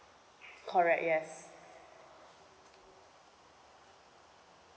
correct yes